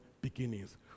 beginnings